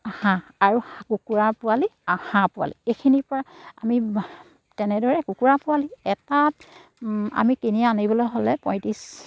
হাঁহ আৰু কুকুৰা পোৱালি হাঁহ পোৱালি এইখিনিৰপৰা আমি তেনেদৰে কুকুৰা পোৱালি এটাত আমি কিনি আনিবলৈ হ'লে পঁয়ত্ৰিছ